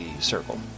circle